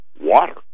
water